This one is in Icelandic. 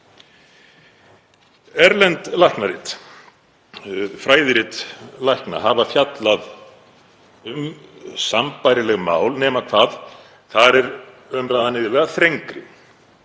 Erlend læknarit, fræðirit lækna, hafa fjallað um sambærileg mál nema hvað þar er umræðan iðulega þrengri.